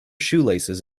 shoelaces